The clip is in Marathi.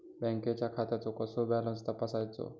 बँकेच्या खात्याचो कसो बॅलन्स तपासायचो?